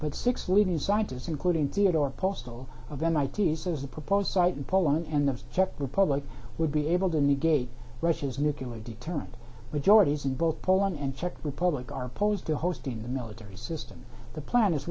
but six leading scientists including theodore postol of mit says the proposed site in poland and the czech republic would be able to negate russia's nuclear deterrent majorities in both poland and czech republic are opposed to hosting the military system the plan is